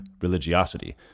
religiosity